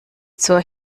zur